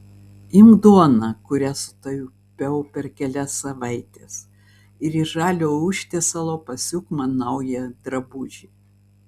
imk duoną kurią sutaupiau per kelias savaites ir iš žalio užtiesalo pasiūk man naują drabužį